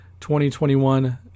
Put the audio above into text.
2021